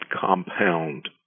compound